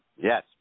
Yes